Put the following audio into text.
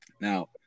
Now